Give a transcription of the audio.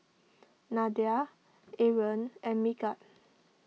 Nadia Aaron and Megat